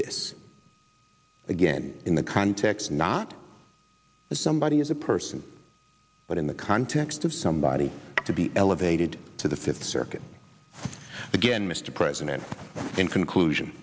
this again in the context not of somebody is a person but in the context of somebody to be elevated to the fifth circuit again mr president in conclusion